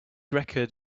record